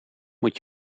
moet